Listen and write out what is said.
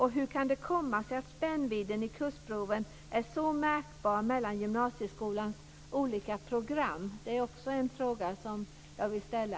Hur kan det komma sig att spännvidden när det gäller kursproven är så märkbar mellan gymnasieskolans olika program? Det är också en fråga som jag vill ställa.